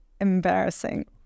embarrassing